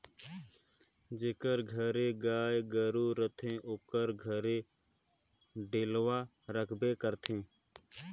जेकर घरे गाय गरू रहथे ओकर घरे डेलवा रहबे करथे